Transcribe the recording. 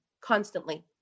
constantly